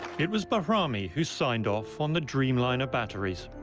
it was bahrami who signed off on the dreamliner batteries.